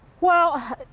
well,